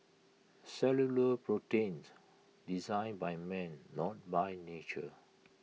cellular proteins designed by man not by nature